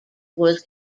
was